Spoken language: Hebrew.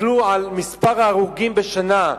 תסתכלו על מספר ההרוגים בשנה,